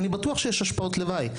אני בטוח שיש השפעות לוואי,